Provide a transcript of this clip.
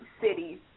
cities